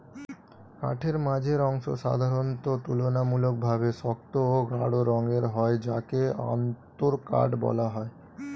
কাঠের মাঝের অংশ সাধারণত তুলনামূলকভাবে শক্ত ও গাঢ় রঙের হয় যাকে অন্তরকাঠ বলা হয়